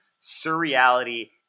surreality